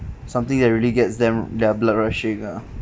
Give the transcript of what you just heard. something that really gets them their blood rushing ah